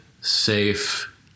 safe